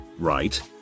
right